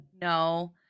No